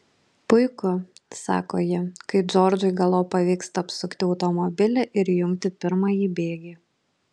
puiku sako ji kai džordžui galop pavyksta apsukti automobilį ir įjungti pirmąjį bėgį